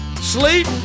Sleep